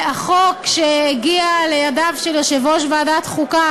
והחוק שהגיע לידיו של יושב-ראש ועדת החוקה